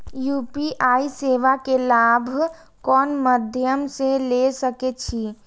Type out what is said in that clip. UPI सेवा के लाभ कोन मध्यम से ले सके छी?